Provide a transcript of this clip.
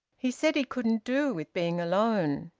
he said he couldn't do with being alone.